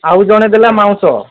ଆଉ ଜଣେ ଦେଲା ମାଂସ